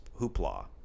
hoopla